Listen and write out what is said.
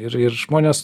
ir ir žmonės